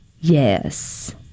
yes